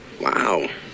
Wow